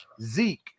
Zeke